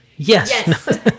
Yes